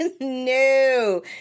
No